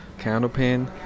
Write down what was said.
Candlepin